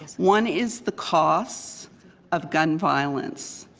one is the cost of gun violence.